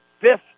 fifth